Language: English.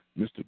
Mr